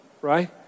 Right